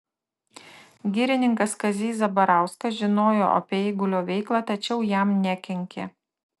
girininkas kazys zabarauskas žinojo apie eigulio veiklą tačiau jam nekenkė